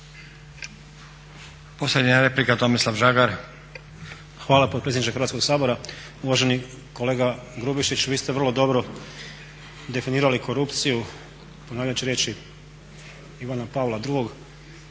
**Žagar, Tomislav (SDP)** Hvala potpredsjedniče Hrvatskog sabora, uvaženi kolega Grubišić. Vi ste vrlo dobro definirali korupciju ponavljajući riječi Ivana Pavla II.